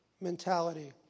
mentality